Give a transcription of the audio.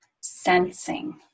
sensing